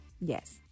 Yes